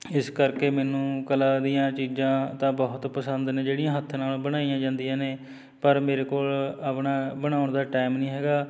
ਇਸ ਕਰਕੇ ਮੈਨੂੰ ਕਲਾ ਦੀਆਂ ਚੀਜ਼ਾਂ ਤਾਂ ਬਹੁਤ ਪਸੰਦ ਨੇ ਜਿਹੜੀਆਂ ਹੱਥ ਨਾਲ਼ ਬਣਾਈਆਂ ਜਾਂਦੀਆਂ ਨੇ ਪਰ ਮੇਰੇ ਕੋਲ ਆਪਣਾ ਬਣਾਉਣ ਦਾ ਟਾਈਮ ਨਹੀਂ ਹੈਗਾ